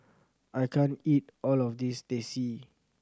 I can't eat all of this Teh C